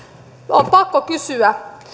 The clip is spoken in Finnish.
on pakko kysyä